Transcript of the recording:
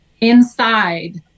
inside